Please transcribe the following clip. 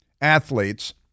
athletes